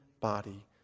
body